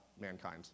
mankind